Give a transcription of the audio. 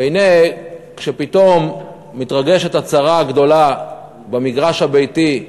והנה, כאשר פתאום מתרגשת הצרה הגדולה במגרש הביתי,